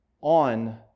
on